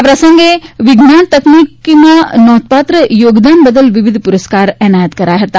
આ પ્રસંગે વિજ્ઞાન તકનીકમાં નોંધપાત્ર થોગદાન બદલ વિવિધ પુરસ્કાર એનાયત કરાયા હતા